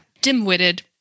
Dim-witted